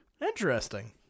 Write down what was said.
Interesting